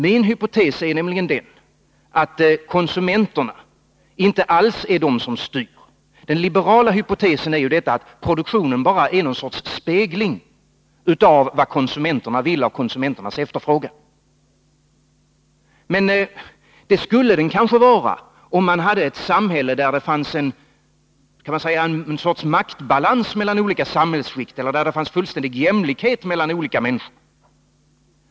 Min hypotes är nämligen den att konsumenterna inte alls är de som styr. Den liberala hypotesen är ju att produktionen bara är någon sorts spegling av vad konsumenterna vill och av konsumenternas efterfrågan. Det skulle den kanske vara, om vi hade ett samhälle där det rådde en sorts maktbalans mellan olika samhällsskikt eller där det rådde fullständig jämlikhet mellan människor.